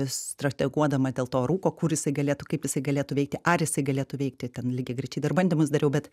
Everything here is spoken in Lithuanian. strateguodama dėl to rūko kur jisai galėtų kaip jisai galėtų veikti ar jisai galėtų veikti ten lygiagrečiai dar bandymus dariau bet